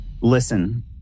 Listen